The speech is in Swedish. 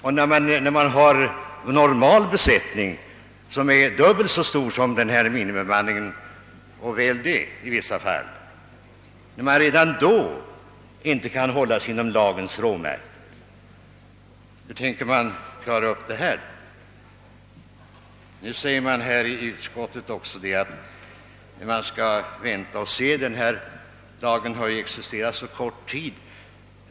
Och när man har normal besättning som är dubbelt så stor som minimibemanningen och väl det i vissa fall och inte ens då kan hålla sig inom lagens råmärken, hur tänker man klara detta? Nu säger man i utskottet också att man skall vänta och se. Denna lag har existerat så kort tid.